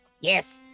Yes